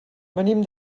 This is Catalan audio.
venim